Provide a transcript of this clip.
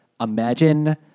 imagine